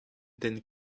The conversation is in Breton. den